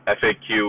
faq